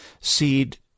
seed